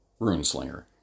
runeslinger